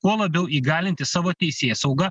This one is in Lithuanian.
kuo labiau įgalinti savo teisėsaugą